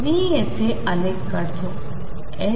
मी येथे आलेख काढतो